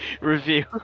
review